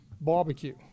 barbecue